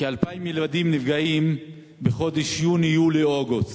כ-2,000 ילדים נפגעים בחודשים יוני, יולי, אוגוסט.